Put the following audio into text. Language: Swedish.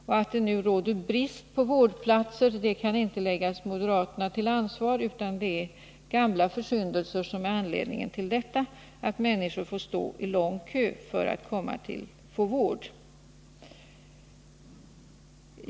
Och att det nu råder brist på vårdplatser kan ju inte läggas moderaterna till ansvar, utan det är gamla försyndelser som är anledningen till att människor ibland får stå i lång kö för att få vård.